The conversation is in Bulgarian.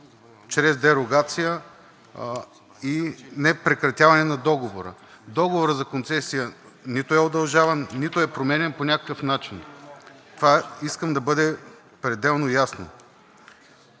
чрез дерогация и непрекратяване на договора. Договорът за концесия нито е удължаван, нито е променян по някакъв начин. Това искам да бъде пределно ясно.